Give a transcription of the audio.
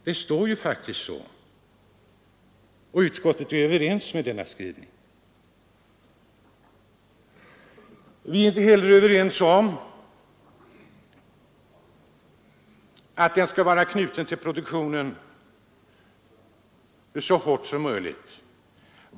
Det står faktiskt så, och utskottet håller med om detta. Vi är inte heller överens om att utbildningen skall vara så hårt knuten 63 till produktionen som möjligt.